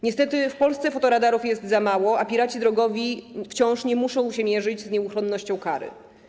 Niestety w Polsce fotoradarów jest za mało, a piraci drogowi wciąż nie muszą się mierzyć z nieuchronnością kary.